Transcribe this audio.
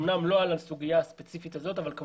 אמנם לא על הסוגיה הספציפית הזאת אבל,